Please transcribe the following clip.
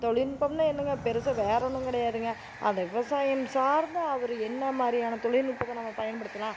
தொழில்நுட்பம்னா என்னங்க பெருசாக வேறு ஒன்றும் கிடையாதுங்க அந்த விவசாயம் சார்ந்த அவர் என்னமாதிரியான தொழில்நுட்பத்த நம்ம பயன்படுத்தலாம்